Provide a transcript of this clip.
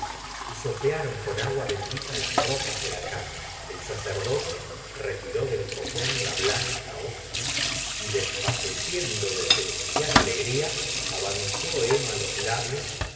vapores hisopearon con agua bendita las r opas de la cama el sacerdote r e tiró del copón la blanca hostia y desfalleciendo de celestial alegría avanzó emma los labios